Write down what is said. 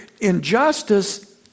injustice